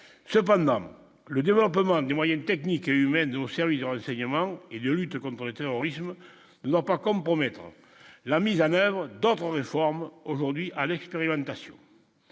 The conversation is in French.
cependant, le développement des moyens techniques et humains doivent servir enseignements et de lutte contre le terrorisme, non pas compromettre la mise en oeuvre d'autres réformes aujourd'hui à l'expérimentation,